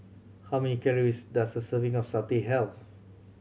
how many calories does a serving of satay have